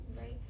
Right